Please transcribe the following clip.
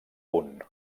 punt